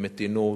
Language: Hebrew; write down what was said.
במתינות,